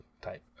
type